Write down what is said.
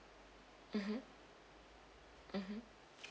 mmhmm mmhmm